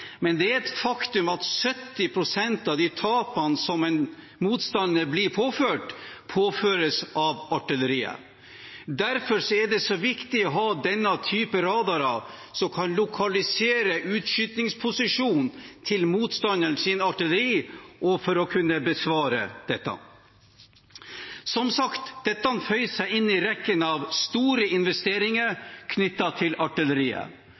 men det er et faktum at 70 pst. av tapene en motstander blir påført, påføres av Artilleriet. Derfor er det så viktig å ha denne typen radarer, som kan lokalisere utskytningsposisjonen til motstanderens artilleri, slik at man kan besvare dette. Dette føyer seg som sagt inn i rekken av store investeringer knyttet til Artilleriet.